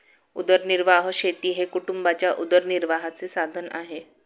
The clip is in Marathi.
उदरनिर्वाह शेती हे कुटुंबाच्या उदरनिर्वाहाचे साधन आहे